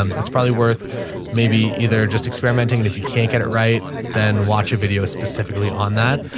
um it's probably worth maybe either just experimenting and if you can't get it right, then watch a video specifically on that.